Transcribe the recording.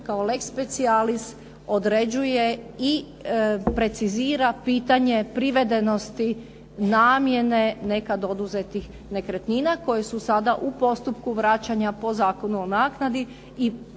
kao lex specialis određuje i precizira pitanje privedenosti namjene nekad oduzetih nekretnina koje su sada u postupku vraćanja po Zakonu o naknadi i u svim